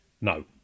no